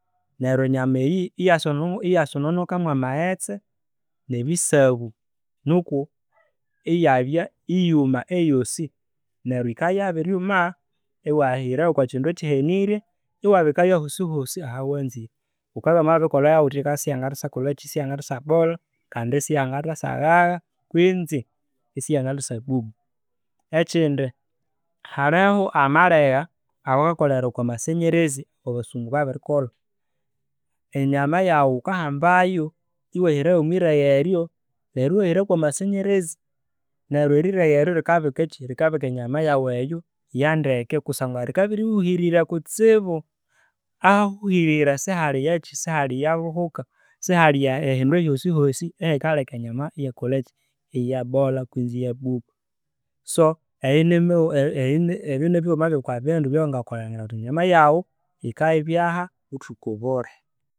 Neryo enyama eyi iyasono iyasononeka mwa maghetse nebisabu niku iyabya iyabya iyuma eyosi. Neryo, yikabya ya biryuma, iwathekayo okwa kindu ekyihenirye iwabikayo ahosihosi ahawanzire. Ghukabya wamabirikolhayo ghuthya, yikabya isiyangathasykolhaki, isiyangatha syabolha kandi isiyangatha syaghagha kwisi eribuba. Ekindi, haliho amalegha awakakolera okwa masanyarazi owa basungu babiri kolha. Enyama yaghu ghukahambayo iwathekayo omwiregha eryo neryo iwahira kwa masanyarazi. Neryo eriregha eryo rikabikaki, rikabika enyama yaghu eyo yandeke kusangwa yikabya iyihuhurire kutsibu. Ahahuhirire sihaliyaki, sihaliya obuhuka, sihaliya ehindu hyosihyosi ehikaleka enyama iyabolha kwisi iya buba. So eyo ebyonibighuma bya kwabindu ebya wangakolha erilhangira ghuthi enyama yaghu yikabyaho buthuku bulhi.